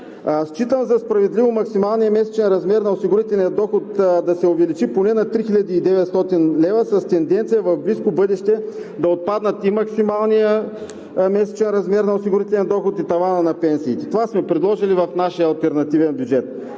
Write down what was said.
Считам за справедливо максималният размер на осигурителния доход да се увеличи поне на 3900 лв. с тенденция в близко бъдеще да отпаднат и максималният месечен размер на осигурителния доход, и таванът на пенсиите. Това сме предложили в нашия алтернативен бюджет.